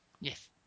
Yes